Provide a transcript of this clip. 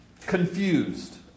Confused